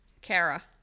kara